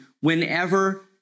whenever